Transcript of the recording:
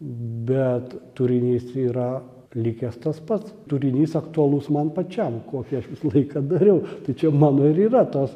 bet turinys yra likęs tas pats turinys aktualus man pačiam kokį aš visą laiką dariau tai čia mano ir yra tas